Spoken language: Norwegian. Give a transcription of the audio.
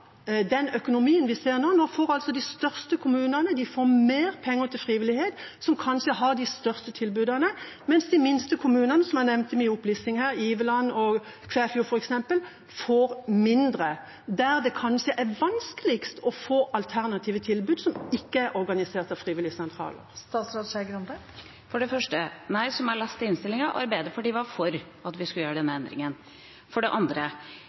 den økonomiske politikken vi ser nå? Nå får de største kommunene, som kanskje har det største tilbudet, mer penger til frivillighet, mens de minste kommunene – Iveland og Kvæfjord, f.eks., som jeg nevnte i opplistingen min – der det kanskje er vanskeligst å få alternative tilbud som ikke er organisert av frivilligsentralene, får mindre. For det første: Nei, som jeg leste fra innstillinga, var Arbeiderpartiet for å gjøre denne endringen. For det andre: